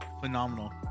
phenomenal